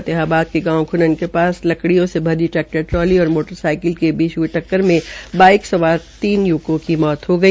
फतेहाबाद के गांव ख्नन के पास लकडियों से भरी ट्रैक्टर ट्राली और मोटर साईकिल के बीच हई टक्कर में बाइक सवार तीन य्वकों की मौत हो गई